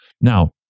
Now